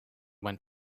went